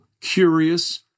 curious